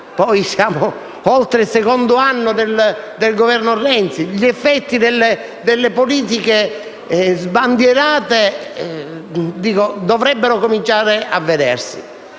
ora siamo oltre il secondo anno di mandato e gli effetti delle politiche sbandierate dovrebbero cominciare a vedersi.